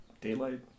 Daylight